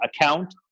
account